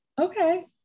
Okay